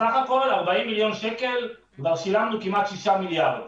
בסך הכול 40 מיליון שקל וכבר שילמנו כמעט שישה מיליארד.